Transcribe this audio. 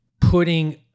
putting